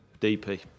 DP